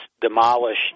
demolished